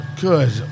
Good